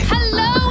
Hello